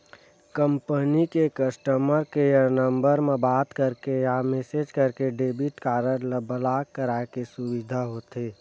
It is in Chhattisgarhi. कंपनी के कस्टमर केयर नंबर म बात करके या मेसेज करके डेबिट कारड ल ब्लॉक कराए के सुबिधा होथे